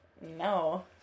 No